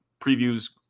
previews